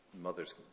mother's